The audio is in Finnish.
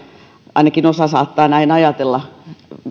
ainakin osa saattaa näin ajatella